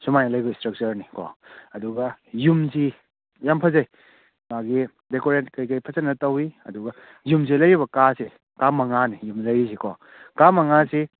ꯁꯨꯃꯥꯏꯅ ꯂꯩꯕ ꯏꯁꯇ꯭ꯔꯛꯆꯔꯅꯤ ꯀꯣ ꯑꯗꯨꯒ ꯌꯨꯝꯁꯤ ꯌꯥꯝ ꯐꯖꯩ ꯃꯥꯒꯤ ꯗꯦꯀꯣꯔꯦꯠ ꯀꯩꯀꯩ ꯐꯖꯅ ꯇꯧꯋꯤ ꯑꯗꯨꯒ ꯌꯨꯝꯁꯤꯗ ꯂꯩꯔꯤꯕ ꯀꯥꯁꯦ ꯀꯥ ꯃꯉꯥꯅꯤ ꯌꯨꯝꯁꯤꯗ ꯂꯩꯔꯤꯁꯦꯀꯣ ꯀꯥ ꯃꯉꯥꯁꯤ